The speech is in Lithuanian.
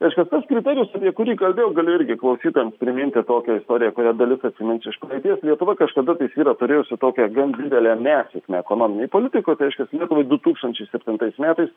reiškias tas kriterijus apie kurį kalbėjau galiu irgi klausytojams priminti tokią istoriją kurią dalis atsimins iš praeities lietuva kažkada tais yra turėjusi tokią gan didelę nesėkmę ekonominėj politikoj tai reiškias lietuvai du tūkstančiai septintais metais